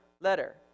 letter